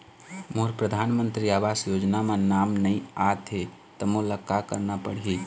मोर परधानमंतरी आवास योजना म नाम नई आत हे त मोला का करना पड़ही?